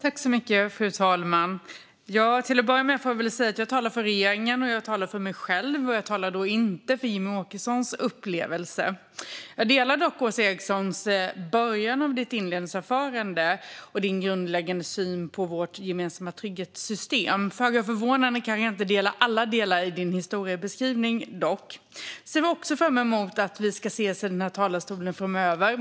Fru talman! Till att börja med får jag säga att jag talar för regeringen och för mig själv. Jag talar inte för Jimmie Åkessons upplevelse. Jag håller med om början av Åsa Erikssons inledningsanförande och delar hennes grundläggande syn på vårt gemensamma trygghetssystem. Föga förvånande håller jag dock kanske inte med om alla delar i hennes historieskrivning. Jag ser också fram emot att ses i kammarens talarstolar framöver.